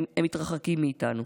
מתרחקים מאיתנו.